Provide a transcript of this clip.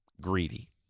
greedy